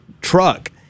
truck